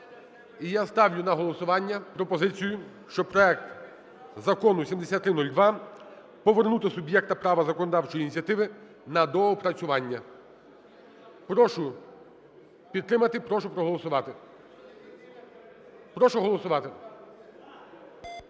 І я ставлю на голосування пропозицію, що проект Закону 7302 повернути суб'єкту права законодавчої ініціативи на доопрацювання. Прошу підтримати, прошу проголосувати. Прошу голосувати.